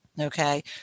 Okay